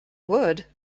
would